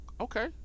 Okay